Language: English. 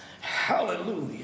Hallelujah